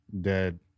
Dead